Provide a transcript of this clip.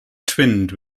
twinned